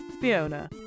Fiona